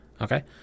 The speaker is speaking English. okay